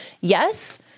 yes